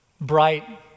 bright